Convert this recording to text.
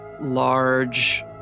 large